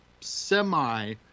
semi-